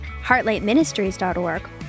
HeartlightMinistries.org